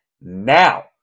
now